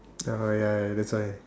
oh ya ya that's why